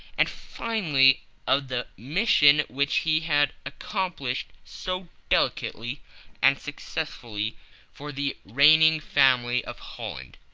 and finally of the mission which he had accomplished so delicately and successfully for the reigning family of holland.